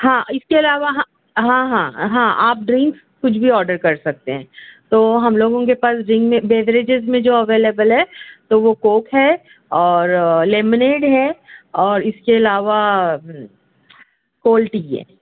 ہاں اِس کے علاوہ ہاں ہاں ہاں آپ ڈرنکس کچھ بھی آڈر کر سکتے ہیں تو ہم لوگوں کے پاس ڈرنک میں بیوریجیز میں جو اویلیبل ہے تو وہ کوک ہے اور لیمینیڈ ہے اور اِس کے علاوہ کوالٹی کی ہے